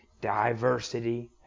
diversity